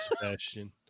Sebastian